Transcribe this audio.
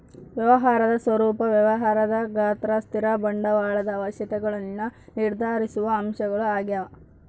ವ್ಯವಹಾರದ ಸ್ವರೂಪ ವ್ಯಾಪಾರದ ಗಾತ್ರ ಸ್ಥಿರ ಬಂಡವಾಳದ ಅವಶ್ಯಕತೆಗುಳ್ನ ನಿರ್ಧರಿಸುವ ಅಂಶಗಳು ಆಗ್ಯವ